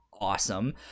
awesome